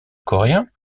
coréens